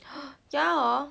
oh ya hor